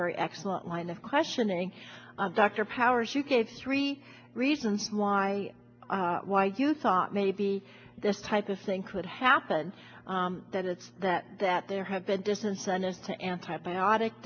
very excellent line of questioning dr powers you gave three reasons why why you thought maybe this type of thing could happen that it's that that there had been disincentives to antibiotic